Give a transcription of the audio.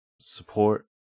support